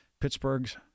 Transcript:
Pittsburgh's